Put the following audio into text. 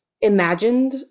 imagined